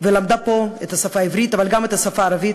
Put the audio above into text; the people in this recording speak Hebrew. ולמדה פה את השפה העברית אבל גם את השפה הערבית,